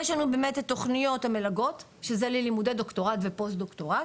יש לנו באמת את תוכניות המלגות שזה ללימודי דוקטורנט ופוסט דוקטורנט,